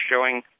showing